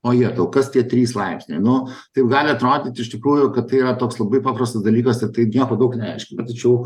o jetau kas tie trys laipsniai nu taip gali atrodyt iš tikrųjų kad tai yra toks labai paprastas dalykas ir tai nieko daug nereiškia na tačiau